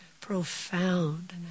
profound